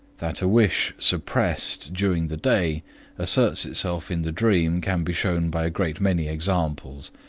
that a wish suppressed during the day asserts itself in the dream can be shown by a great many examples.